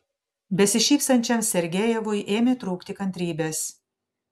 besišypsančiam sergejevui ėmė trūkti kantrybės